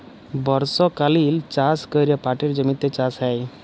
বর্ষকালীল চাষ ক্যরে পাটের জমিতে চাষ হ্যয়